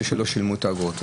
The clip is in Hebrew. פה,